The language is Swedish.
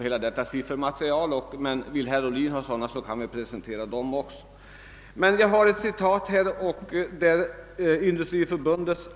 Om herr Ohlin vill, så kan vi presentera alla dessa siffror.